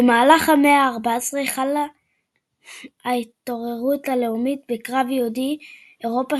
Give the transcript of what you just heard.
במהלך המאה ה־19 חלה התעוררות לאומית בקרב יהודי אירופה